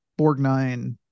Borgnine